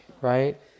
right